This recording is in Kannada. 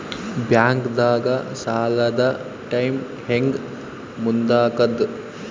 ಬ್ಯಾಂಕ್ದಾಗ ಸಾಲದ ಟೈಮ್ ಹೆಂಗ್ ಮುಂದಾಕದ್?